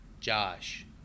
Josh